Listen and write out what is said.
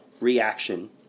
reaction